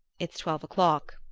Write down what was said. it's twelve o'clock,